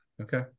Okay